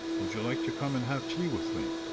would you like to come and have tea with me?